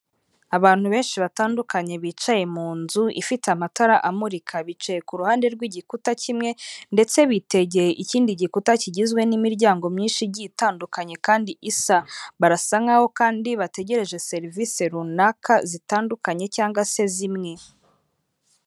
Abantu benshi batandukanye bicaye mu nzu ifite amatara amurika, bicaye ku ruhande rw'igikuta kimwe ndetse bitegeye ikindi gikuta kigizwe n'imiryango myinshi igi itandukanye kandi isa, barasa nkaho kandi bategereje serivisi runaka zitandukanye cyangwa se zimwe.